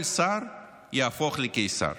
כל שר הופך לקיסר.